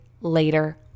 later